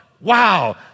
wow